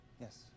Yes